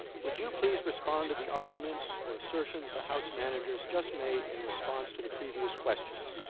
would you please respond to the arguments or assertions the house managers just made in response to the previous questions